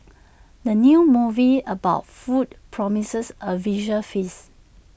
the new movie about food promises A visual feast